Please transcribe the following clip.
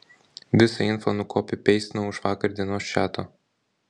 visą info nukopipeistinau iš vakar dienos čato